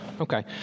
Okay